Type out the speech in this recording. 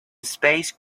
space